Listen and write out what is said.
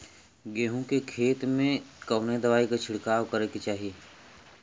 गेहूँ के खेत मे कवने दवाई क छिड़काव करे के चाही?